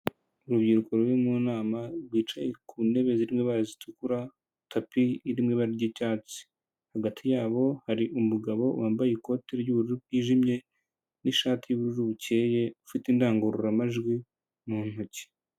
Urubyiruko ruri mu nama rwicaye ku ntebe ziri mu ibara zitukura, tapi iri mu ibara ry'icyatsi. Hagati yabo hari umugabo wambaye ikote ry'ubururu bwijimye n'ishati y'ubururu bukeye, ufite indangururamajwi mu ntoki.